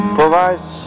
provides